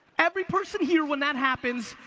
every person here, when that happens,